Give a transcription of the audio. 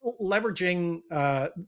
leveraging